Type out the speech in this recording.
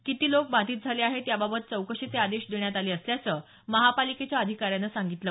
किती लोक बाधित झाले आहेत याबाबत चौकशीचे आदेश देण्यात आले असल्याचं महापालिकेच्या अधिकाऱ्यानं सांगितलं